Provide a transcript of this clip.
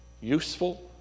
useful